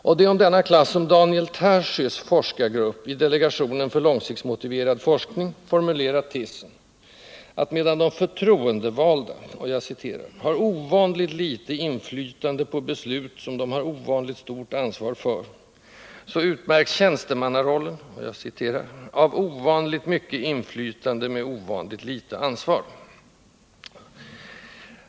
Och det är om denna klass som Daniel Tarschys forskargrupp i delegationen för långsiktsmotiverad forskning formulerat tesen att medan de förtroendevalda ”har ovanligt lite inflytande på beslut, som de har ovanligt stort ansvar för”, så utmärks tjänstemannarollen ”av ovanligt mycket inflytande med ovanligt lite ansvar”.